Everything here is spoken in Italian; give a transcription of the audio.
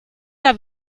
era